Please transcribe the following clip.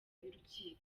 y’urukiko